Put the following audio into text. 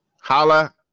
Holla